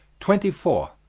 twenty four.